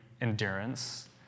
endurance